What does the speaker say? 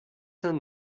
saint